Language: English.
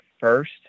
first